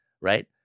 right